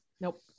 Nope